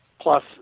Plus